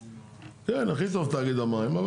כן, הכי טוב תאגיד המים.